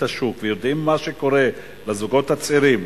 השוק ויודעים מה קורה לזוגות הצעירים,